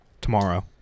tomorrow